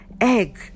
egg